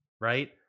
right